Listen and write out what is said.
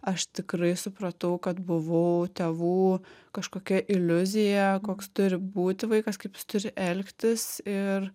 aš tikrai supratau kad buvau tėvų kažkokia iliuzija koks turi būti vaikas kaip jis turi elgtis ir